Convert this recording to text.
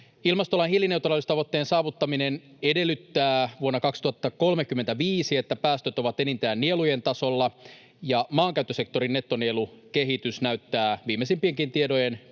Ilmastolain hiilineutraaliustavoitteen saavuttaminen edellyttää vuonna 2035, että päästöt ovat enintään nielujen tasolla, ja maankäyttösektorin nettonielukehitys näyttää viimeisimpienkin tietojen